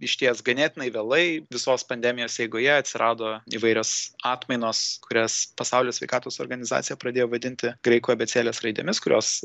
išties ganėtinai vėlai visos pandemijos eigoje atsirado įvairios atmainos kurias pasaulio sveikatos organizacija pradėjo vadinti graikų abėcėlės raidėmis kurios